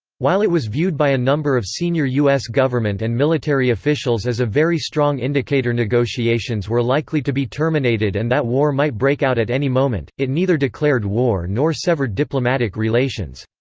while it was viewed by a number of senior u s government and military officials as a very strong indicator negotiations were likely to be terminated and that war might break out at any moment, it neither declared war nor severed diplomatic relations.